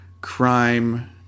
crime